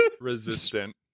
resistant